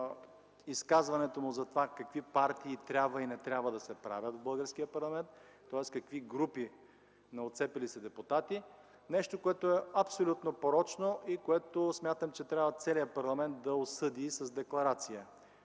изказването му за това какви партии трябва и не трябва да се правят в българския парламент, тоест какви групи на отцепили се депутати, е нещо, което е абсолютно порочно и което смятам, че целият парламент трябва да осъди с декларация.